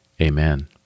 Amen